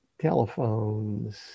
telephones